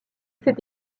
cette